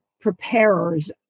preparers